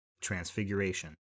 Transfiguration